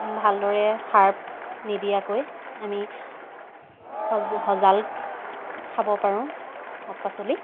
ভালদৰে সাৰ নিদিয়াকৈ আমি সজাল খাব পাৰোঁ শাক পাচলি